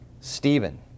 Stephen